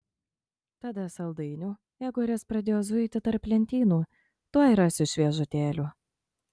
tada saldainių igoris pradėjo zuiti tarp lentynų tuoj rasiu šviežutėlių